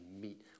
meet